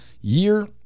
year